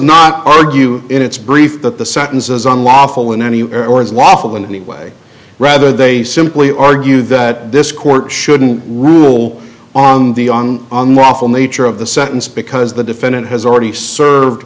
not argue in its brief that the sentences unlawful in any lawful in any way rather they simply argue that this court shouldn't rule on the on on the lawful nature of the sentence because the defendant has already served